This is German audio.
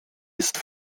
ist